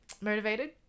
motivated